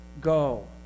go